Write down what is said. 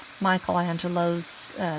Michelangelo's